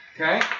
Okay